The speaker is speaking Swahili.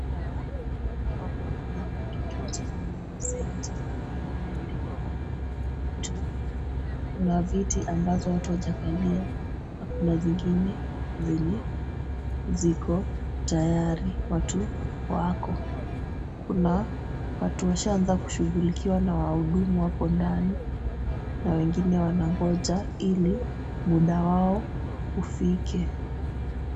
Hawa wako kwenye kituo cha Huduma Center yenye imeandikwa hapo juu. Kuna viti ambazo watu hawajakalia na kuna zingine zenye ziko tayari watu wako. Kuna watu washaanza kushughulikiwa na wahudumu hapo ndani na wengine wanangoja ili muda wao ufike.